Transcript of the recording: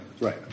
Right